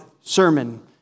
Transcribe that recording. sermon